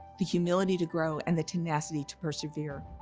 the humility to grow, and the tenacity to persevere.